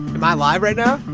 am i live right now?